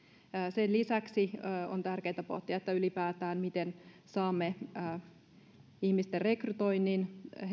sen lisäksi on tärkeätä pohtia miten ylipäätään saamme ihmisten rekrytoinnin